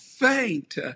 faint